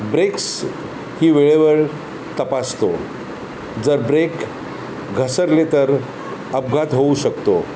breaks ही वेळेवर तपासतो जर ब्रेक घसरले तर अपघात होऊ शकतो